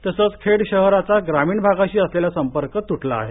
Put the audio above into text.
तसंच खेड शहराचा ग्रामीण भागाशी असलेला संपर्क त्टला आहे